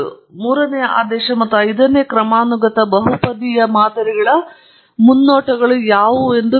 ಮೂರನೆಯ ಆದೇಶ ಮತ್ತು ಐದನೇ ಕ್ರಮಾನುಗತ ಬಹುಪದೀಯ ಮಾದರಿಗಳ ಮುನ್ನೋಟಗಳು ಯಾವುವು ಎಂದು ಕೇಳೋಣ